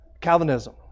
Calvinism